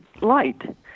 light